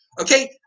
Okay